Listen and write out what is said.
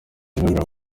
imyumvire